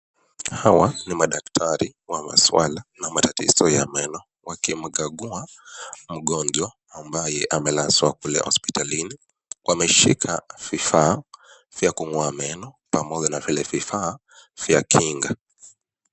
Hawa ni madaktari wa masuala na matatizo ya meno, wakimkagua mgonjwa ambaye amelazwa kule hospitalini. Wameshika vifaa vya kung'oa meno, pamoja na vile vifaa vya kinga.